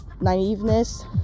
naiveness